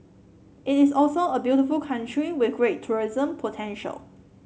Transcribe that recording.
it is also a beautiful country with great tourism potential